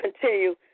continue